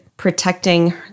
protecting